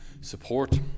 support